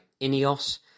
INEOS